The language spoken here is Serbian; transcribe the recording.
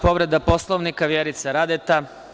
Povreda Poslovnika, Vjerica Radeta.